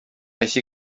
així